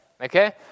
okay